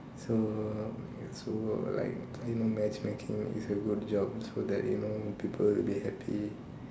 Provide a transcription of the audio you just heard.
so so like you know matchmaking if you good job so that you know people will be happy